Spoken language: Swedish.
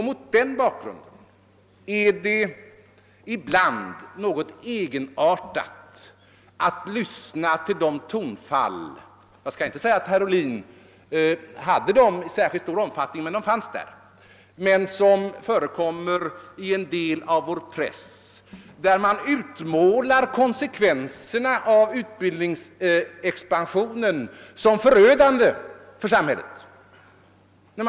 Mot den bakgrunden är det något egenartat att lyssna på de tonfall som förekommer i en del av vår press, där man utmålar konsekvenserna av utbildningsexpansionen som förödande för samhället. Jag vill inte säga att de tonfallen förekom i särskilt stor omfattning i herr Ohlins anförande, men de fanns där.